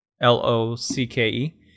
L-O-C-K-E